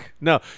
No